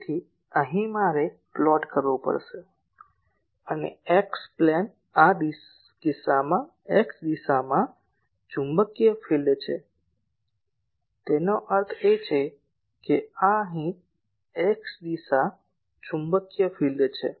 તેથી અહીં મારે પ્લોટ કરવું પડશે અને એક્સ પ્લેન આ કિસ્સામાં x દિશામાં ચુંબકીય ફિલ્ડ છે તેનો અર્થ એ કે આ અહીં x દિશા ચુંબકીય ફિલ્ડ છે